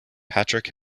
patrick